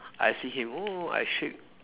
I see him oh I shake